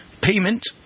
payment